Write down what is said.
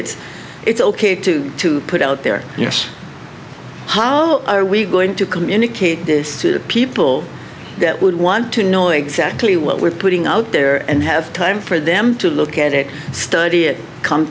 it's it's ok to to put out there yes how are we going to communicate this to the people that would want to know exactly what we're putting out there and have time for them to look at it study it come